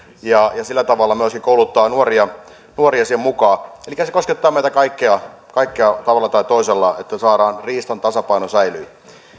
ja sillä tavalla myöskin kouluttavat nuoria nuoria siihen mukaan elikkä se koskettaa meitä kaikkia tavalla tai toisella että saadaan riistan tasapaino säilymään